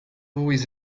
always